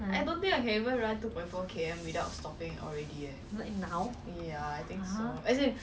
真的很快 eh 我 thirteen 而已 eh